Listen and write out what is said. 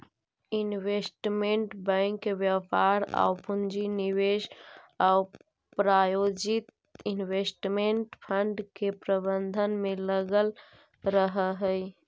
investment bank व्यापार आउ पूंजी निवेश आउ प्रायोजित इन्वेस्टमेंट फंड के प्रबंधन में लगल रहऽ हइ